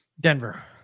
Denver